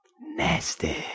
Nasty